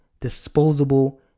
disposable